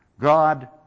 God